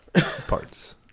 Parts